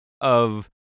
of-